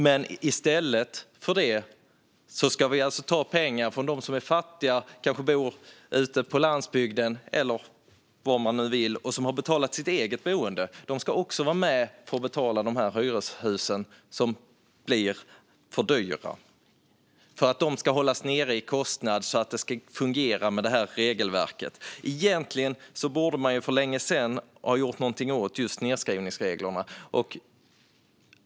I stället ska vi alltså ta pengar från dem som är fattiga, som kanske bor ute på landsbygden och som har betalat sitt eget boende. De ska också vara med och betala de här hyreshusen som blir för dyra, för att kostnaderna ska hållas nere så att det fungerar med det här regelverket. Egentligen borde man för länge sedan ha gjort någonting åt just nedskrivningsreglerna.